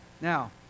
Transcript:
Now